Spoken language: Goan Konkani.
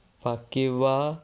बाकिबाब